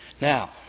Now